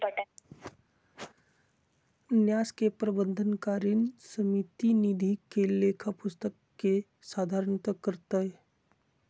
न्यास के प्रबंधकारिणी समिति निधि के लेखा पुस्तिक के संधारण करतय